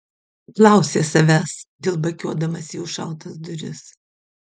klausė savęs dilbakiuodamas į užšautas duris